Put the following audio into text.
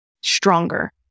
stronger